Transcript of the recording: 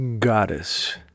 goddess